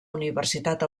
universitat